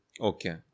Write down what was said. Okay